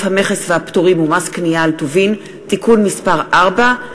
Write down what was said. המכס והפטורים ומס קנייה על טובין (תיקון מס' 4),